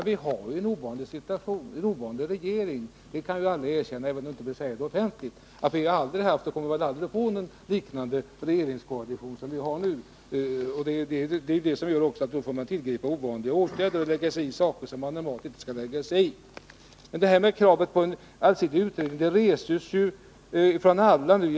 Vi har dock en ovanlig situation, med en ovanlig regering — det kan väl alla vara överens om, även om alla inte vill säga det offentligt. Vi har aldrig tidigare haft och kommer väl aldrig att få en regeringskoalition som den vi nu har. Det är också det som gör att man måste tillgripa ovanliga åtgärder, som att lägga sig i sådant som man normalt inte skall befatta sig med. Kravet på en allsidig utredning reses nu från alla håll.